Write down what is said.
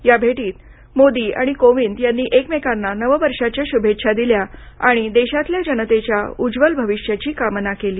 या भेटीत मोदी आणि कोविंद यांनी एकमेकांना नववर्षाच्या शुभेच्छा दिल्या आणि देशातल्या जनतेच्या उज्ज्वल भविष्याची कामना केली